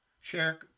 share